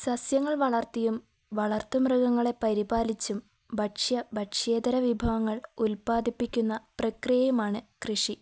സസ്യങ്ങൾ വളർത്തിയും വളർത്തു മൃഗങ്ങളെ പരിപാലിച്ചും ഭക്ഷ്യ ഭക്ഷ്യേതര വിഭവങ്ങൾ ഉൽപാദിപ്പിക്കുന്ന പ്രക്രിയയുമാണ് കൃഷി